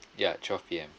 ya twelve P_M